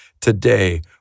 today